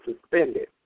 suspended